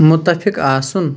مُتفِق آسُن